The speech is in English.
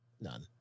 none